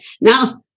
Now